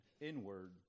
inward